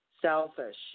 selfish